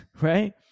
right